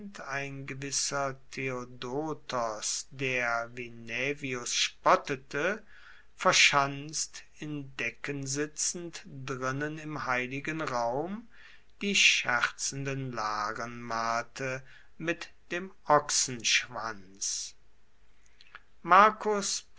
ein gewisser theodotos der wie naevius spottete verschanzt in decken sitzend drinnen im heiligen raum die scherzenden laren malte mit dem ochsenschwanz marcus